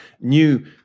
new